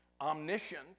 omniscient